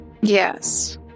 Yes